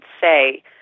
say